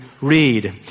read